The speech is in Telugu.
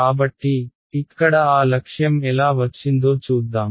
కాబట్టి ఇక్కడ ఆ లక్ష్యం ఎలా వచ్చిందో చూద్దాం